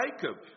Jacob